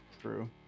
True